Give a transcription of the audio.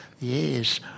Yes